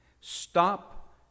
Stop